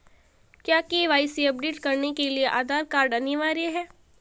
क्या KYC update करने के लिए आधार कार्ड अनिवार्य है?